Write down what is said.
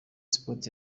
sport